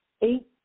Eight